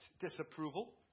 disapproval